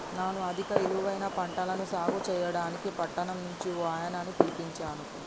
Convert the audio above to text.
నాను అధిక ఇలువైన పంటలను సాగు సెయ్యడానికి పట్టణం నుంచి ఓ ఆయనని పిలిపించాను